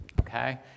okay